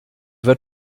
wird